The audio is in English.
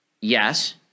Yes